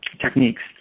techniques